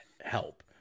help